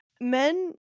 men